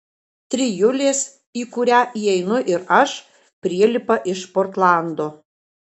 trijulės į kurią įeinu ir aš prielipa iš portlando